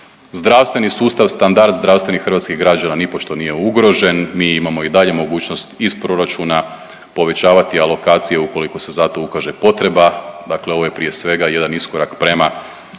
zdravstveni sustav, standard zdravstveni hrvatskih građana nipošto nije ugrožen, mi imamo i dalje mogućnost iz proračuna povećavati alokacije ukoliko se za to ukaže potreba. Dakle, ovo je prije svega jedan iskorak prema ovim